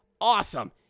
Awesome